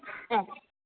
അ